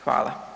Hvala.